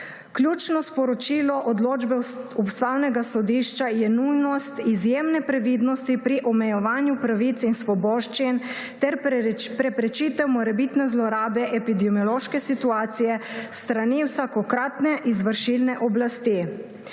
Ključno sporočilo odločbe Ustavnega sodišča je nujnost izjemne previdnosti pri omejevanju pravic in svoboščin ter preprečitev morebitne zlorabe epidemiološke situacije s strani vsakokratne izvršilne oblasti.